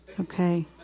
Okay